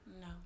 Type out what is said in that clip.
No